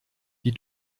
die